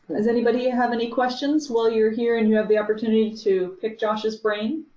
does anybody ah have any questions while you're here and you have the opportunity to pick josh's brain?